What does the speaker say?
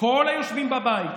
וכל היושבים בבית,